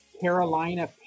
Carolina